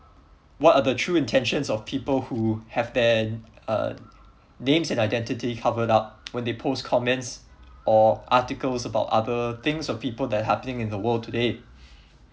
what are the true intentions of people who have their uh names and identity covered up when they post comments or articles about other things or people that are happening in the world today